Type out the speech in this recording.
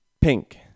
Pink